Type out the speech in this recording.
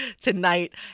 tonight